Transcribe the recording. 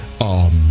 amen